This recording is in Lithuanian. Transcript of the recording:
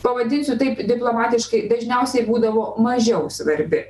pavadinsiu taip diplomatiškai dažniausiai būdavo mažiau svarbi